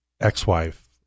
ex-wife